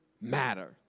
matter